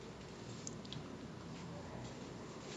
because like the hands and the legs are just in like